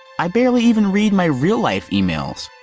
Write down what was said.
i barely even read my real life emails.